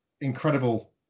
incredible